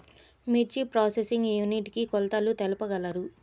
మిర్చి processing unit కి కొలతలు తెలుపగలరు?